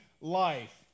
life